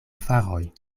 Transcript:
faroj